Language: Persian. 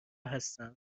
هستم